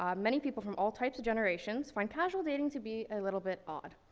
um many people from all types of generations find casual dating to be a little bit odd.